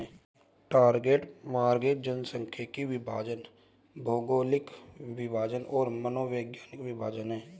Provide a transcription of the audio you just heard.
target market जनसांख्यिकीय विभाजन, भौगोलिक विभाजन और मनोवैज्ञानिक विभाजन हैं